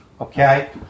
Okay